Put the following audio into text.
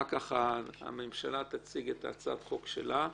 אחר כך הממשלה תציג את הצעת החוק שלה,